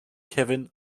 kevin